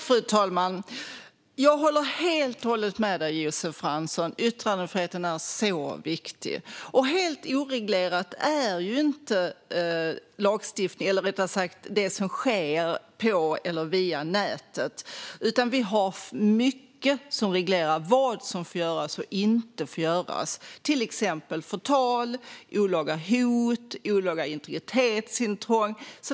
Fru talman! Jag håller helt och hållet med dig, Josef Fransson. Yttrandefriheten är så viktig. Helt oreglerat är inte det som sker på eller via nätet. Vi har mycket som reglerar vad som får göras och inte, till exempel när det gäller förtal, olaga hot och olaga integritetsintrång.